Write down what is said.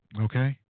okay